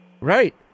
Right